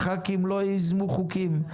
הח"כים לא ייזמו חוקים.